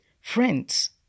Friends